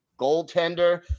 goaltender